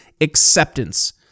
acceptance